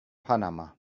panama